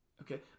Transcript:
Okay